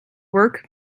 work